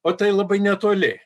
o tai labai netoli